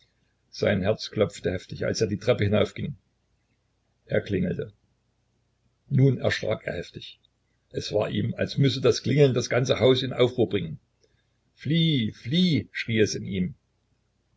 sein herz klopfte heftig als er die treppen hinaufging er klingelte nun erschrak er heftig es war ihm als müsse das klingeln das ganze haus in aufruhr bringen flieh flieh schrie es in ihm